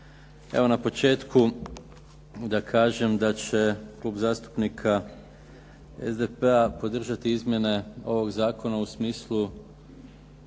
Evo na početku da kažem da će Klub zastupnika SDP-a podržati izmjene ovog zakona u smislu